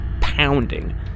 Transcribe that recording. pounding